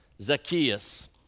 Zacchaeus